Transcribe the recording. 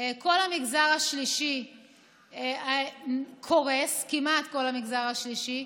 כל המגזר השלישי קורס, כמעט כל המגזר השלישי.